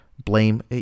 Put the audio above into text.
blame